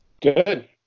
good